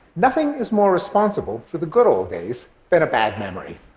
nothing is more responsible for the good old days than a bad memory.